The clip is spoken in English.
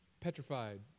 Petrified